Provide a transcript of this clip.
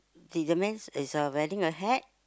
did the man is a wearing a hat